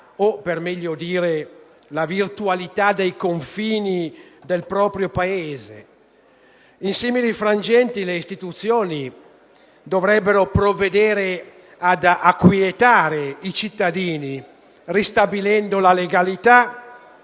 o, per meglio dire, la virtualità dei confini del proprio Paese. In simili frangenti, le istituzioni dovrebbero provvedere ad acquietare i cittadini, ristabilendo la legalità